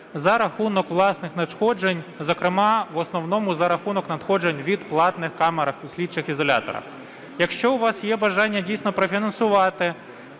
за рахунок власних надходжень, зокрема в основному за рахунок надходжень від платних камер у слідчих ізоляторах. Якщо у вас є бажання, дійсно, профінансувати